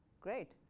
great